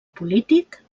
polític